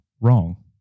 wrong